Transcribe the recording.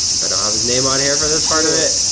but um his name on here for this part of it.